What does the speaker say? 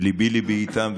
וליבי, ליבי, איתם.